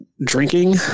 drinking